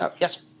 Yes